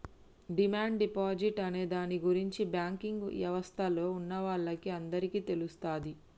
demand deposit అనే దాని గురించి బ్యాంకింగ్ యవస్థలో ఉన్నవాళ్ళకి అందరికీ తెలుస్తది